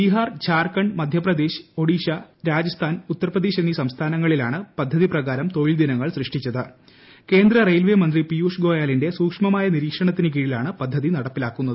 ബീഹാർ ജാർഖണ്ഡ് മിധ്യ പ്രദേശ് ഒഡിഷ രാജസ്ഥാൻ ഉത്തർപ്രദേശ് എന്നീ സ്റ്സ്ഥാനങ്ങളിലാണ് പദ്ധതി പ്രകാരം തൊഴിൽദിനങ്ങൾ സൃഷ്ടിച്ചത് ് കേന്ദ്ര റയിൽവേ മന്ത്രി പിയുഷ് ഗോയലിന്റെ സൂക്ഷ്മമായ നിരീക്ഷണത്തിന് കീഴിലാണ് പദ്ധതി നടപ്പിലാക്കുന്നത്